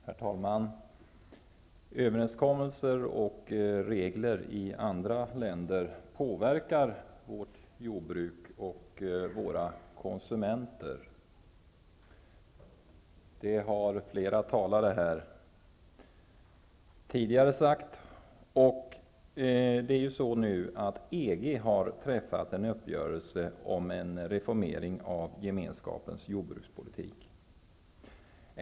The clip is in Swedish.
Herr talman! Överenskommelser och regler i andra länder påverkar svenskt jordbruk och svenska konsumenter. Det har flera talare här tidigare sagt. EG har ju träffat en uppgörelse om en reformering av Gemenskapens jordbrukspolitik.